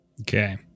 Okay